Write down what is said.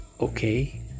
okay